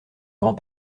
grand